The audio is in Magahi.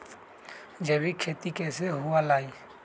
जैविक खेती कैसे हुआ लाई?